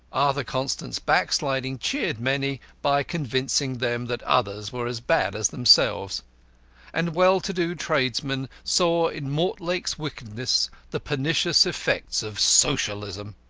arthur constant's backsliding cheered many by convincing them that others were as bad as themselves and well-to-do tradesmen saw in mortlake's wickedness the pernicious effects of socialism.